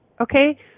okay